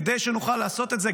כדי שנוכל לעשות את זה,